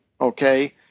okay